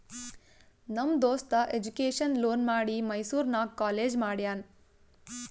ನಮ್ ದೋಸ್ತ education loan ಮಾಡಿ ಮೈಸೂರು ನಾಗ್ ಕಾಲೇಜ್ ಮಾಡ್ಯಾನ್